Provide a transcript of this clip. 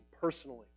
personally